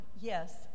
yes